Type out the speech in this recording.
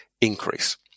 increase